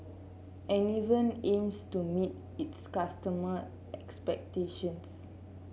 Enervon aims to meet its customer expectations